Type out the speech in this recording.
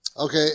Okay